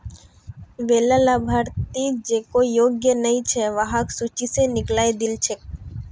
वैला लाभार्थि जेको योग्य नइ छ वहाक सूची स निकलइ दिल छेक